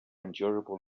endurable